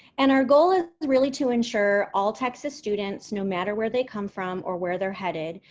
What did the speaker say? and our goal is really to ensure all texas students, no matter where they come from or where they're headed,